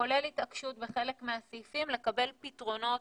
כולל התעקשות בחלק מהסעיפים לקבל פתרונות